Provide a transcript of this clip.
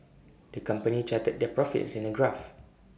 the company charted their profits in A graph